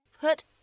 put